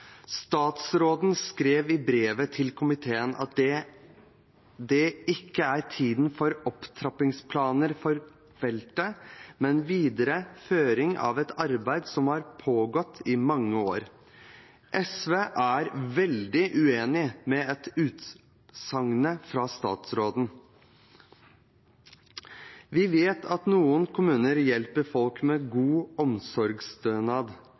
Statsråden skrev i brev til komiteen: «Dette er ikke tiden for opptrappingsplaner for feltet, men videreføring av et arbeid som har pågått over mange år.» SV er veldig uenig i dette utsagnet fra statsråden. Vi vet at noen kommuner hjelper folk med god omsorgsstønad,